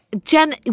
Jen